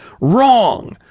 Wrong